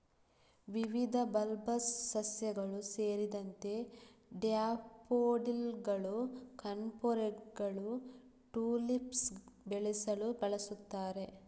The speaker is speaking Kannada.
ವಿವಿಧ ಬಲ್ಬಸ್ ಸಸ್ಯಗಳು ಸೇರಿದಂತೆ ಡ್ಯಾಫೋಡಿಲ್ಲುಗಳು, ಕಣ್ಪೊರೆಗಳು, ಟುಲಿಪ್ಸ್ ಬೆಳೆಸಲು ಬಳಸುತ್ತಾರೆ